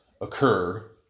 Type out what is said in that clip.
occur